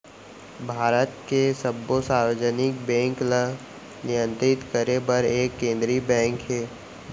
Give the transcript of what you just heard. भारत के सब्बो सार्वजनिक बेंक ल नियंतरित करे बर एक केंद्रीय बेंक हे